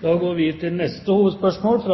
Vi går til neste hovedspørsmål.